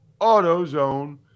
AutoZone